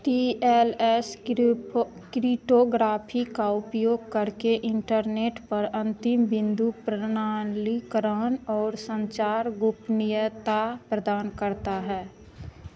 T L S crypto cryptography का उपयोग करके इंटरनेट पर अंतिम बिंदु प्रणालीकरण और संचार गोपनीयता प्रदान करता है